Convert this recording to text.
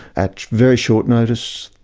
at very short notice,